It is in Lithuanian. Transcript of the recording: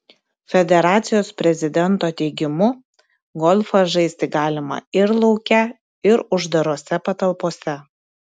federacijos prezidento teigimu golfą žaisti galima ir lauke ir uždarose patalpose